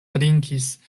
trinkis